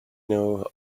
know